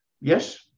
Yes